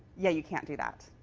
yeah, you can't do that.